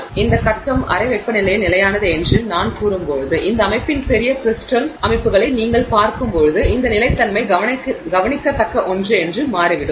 எனவே இந்த கட்டம் அறை வெப்பநிலையில் நிலையானது என்று நான் கூறும்போது இந்த அமைப்பின் பெரிய கிரிஸ்டல் அமைப்புகளை நீங்கள் பார்க்கும்போது இந்த நிலைத்தன்மை கவனிக்கத்தக்க ஒன்று என்று மாறிவிடும்